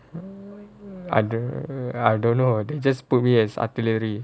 I the I don't know I think just put me as artillery